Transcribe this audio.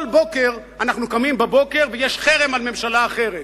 כל בוקר אנחנו קמים ויש חרם על ממשלה אחרת.